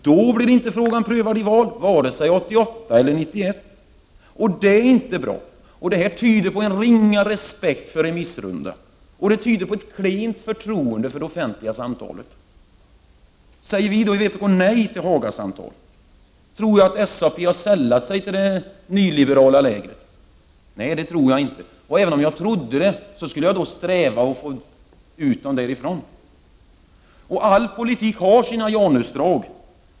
Då blir inte frågan prövad i val, vare sig 1988 eller 1991. Det är inte bra, och det tyder på ringa respekt för remissrunda och klent förtroende för det offentliga samtalet. Säger vpk nej till Hagasamtalen? Tror jag att SAP sällat sig till det liberala lägret? Nej, det tror jag inte, och även om jag trodde det, skulle jag sträva efter att få ut regeringen därifrån. All politik har sina Janusdrag.